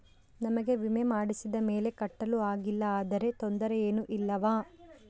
ನಮಗೆ ವಿಮೆ ಮಾಡಿಸಿದ ಮೇಲೆ ಕಟ್ಟಲು ಆಗಿಲ್ಲ ಆದರೆ ತೊಂದರೆ ಏನು ಇಲ್ಲವಾ?